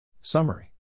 Summary